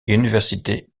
université